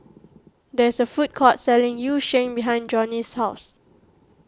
there is a food court selling Yu Sheng behind Johney's house